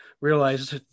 realized